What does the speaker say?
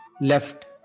left